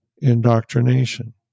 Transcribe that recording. indoctrination